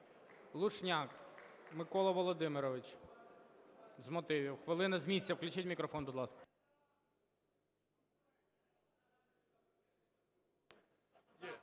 Люшняк Микола Володимирович, з мотивів, хвилина. З місця включіть мікрофон, будь ласка.